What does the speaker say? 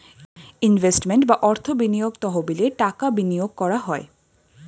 investment বা অর্থ বিনিয়োগ তহবিলে টাকা বিনিয়োগ করা হয়